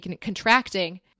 contracting